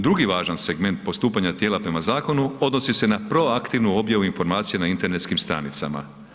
Drugi važan segment postupanja tijela prema zakonu, odnosi se na proaktivnu objavu informacija na internetskim stranicama.